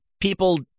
People